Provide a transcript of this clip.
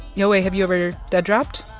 yowei, have you ever dead-dropped?